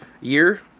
year